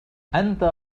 أنت